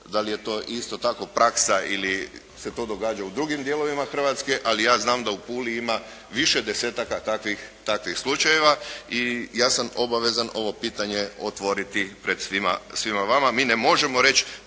da li je to isto tako praksa ili se to događa u drugim dijelovima Hrvatske ali ja znam da u Puli ima više desetaka takvih, takvih slučajeva i ja sam obavezan ovo pitanje otvoriti pred svima vama. Mi ne možemo reći